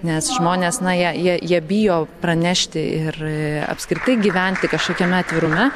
nes žmonės na jie jie jie bijo pranešti ir apskritai gyventi kažkokiame atvirume